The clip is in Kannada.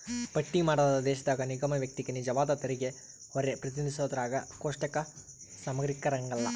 ಪಟ್ಟಿ ಮಾಡಲಾದ ದೇಶದಾಗ ನಿಗಮ ವ್ಯಕ್ತಿಗೆ ನಿಜವಾದ ತೆರಿಗೆಹೊರೆ ಪ್ರತಿನಿಧಿಸೋದ್ರಾಗ ಕೋಷ್ಟಕ ಸಮಗ್ರಿರಂಕಲ್ಲ